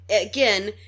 again